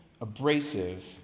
abrasive